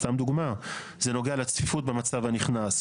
סתם דוגמה, זה נוגע לצפיפות במצב הנכנס.